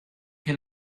che